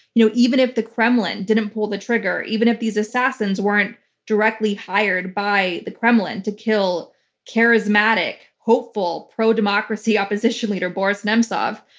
you know even if the kremlin didn't pull the trigger, even if these assassins weren't directly hired by the kremlin to kill charismatic, hopeful pro-democracy opposition leader, boris nemtsov,